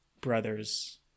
brother's